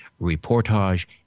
reportage